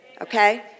Okay